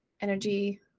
energy